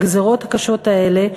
הגזירות הקשות האלה,